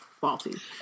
faulty